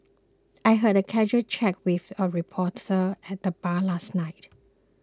I had a casual chat with a reporter at the bar last night